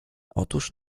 otóż